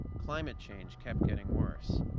climate change kept getting worse.